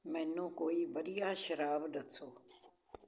ਮੈਨੂੰ ਕੋਈ ਵਧੀਆ ਸ਼ਰਾਬ ਦੱਸੋ